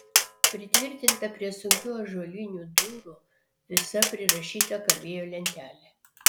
pritvirtinta prie sunkių ąžuolinių durų visa prirašyta kabėjo lentelė